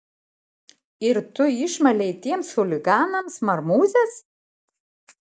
ir tu išmalei tiems chuliganams marmūzes